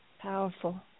Powerful